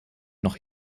noch